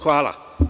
Hvala.